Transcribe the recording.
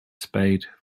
spade